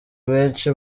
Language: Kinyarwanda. benshi